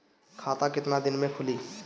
खाता कितना दिन में खुलि?